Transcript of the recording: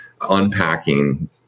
unpacking